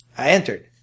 i entered.